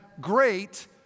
great